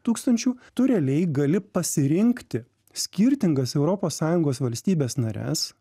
tūkstančių tu realiai gali pasirinkti skirtingas europos sąjungos valstybes nares